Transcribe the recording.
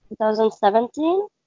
2017